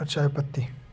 और चायपत्ती